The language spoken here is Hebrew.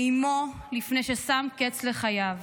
לאימו לפני ששם קץ לחייו.